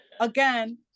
again